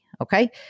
okay